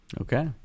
Okay